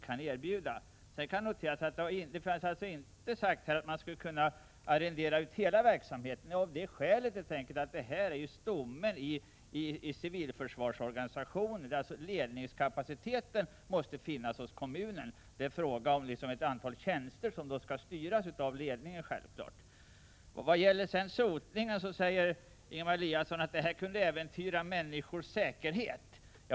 Sedan kan noteras att det inte har sagts här att man skulle arrendera ut hela verksamheten. Skälet till det är att detta är stommen i civilförsvarsorganisationen. Ledningskapaciteten måste finnas hos kommunen. Det är endast fråga om ett antal tjänster, som självklart skall styras av ledningen. Vad gäller sotningen säger Ingemar Konradsson att förslaget om det genomförs kan äventyra människors säkerhet.